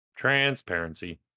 transparency